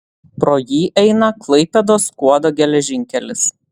pro jį eina klaipėdos skuodo geležinkelis